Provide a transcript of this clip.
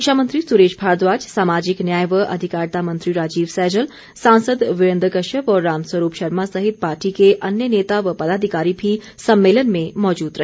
शिक्षा मंत्री सुरेश भारद्वाज सामाजिक न्याय व अधिकारिता मंत्री राजीव सैजल सांसद वीरेन्द्र कश्यप और राम स्वरूप शर्मा सहित पार्टी के अन्य नेता व पदाधिकारी भी सम्मेलन में मौजूद रहे